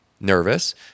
nervous